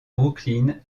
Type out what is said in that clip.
brooklyn